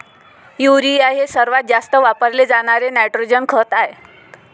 urea हे सर्वात जास्त वापरले जाणारे नायट्रोजन खत आहे